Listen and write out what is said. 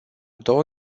două